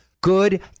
Good